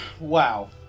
Wow